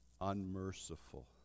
unmerciful